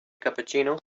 cappuccino